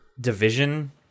division